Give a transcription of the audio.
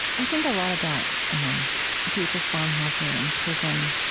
i think a lot about um dietrich bonhoeffer in prison,